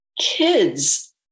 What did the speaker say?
kids